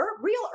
real